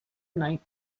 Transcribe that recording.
night